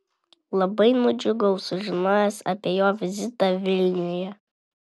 labai nudžiugau sužinojęs apie jo vizitą vilniuje